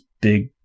big